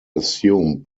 assumed